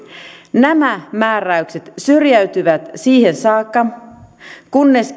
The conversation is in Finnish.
nämä määräykset syrjäytyvät siihen saakka kunnes